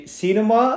cinema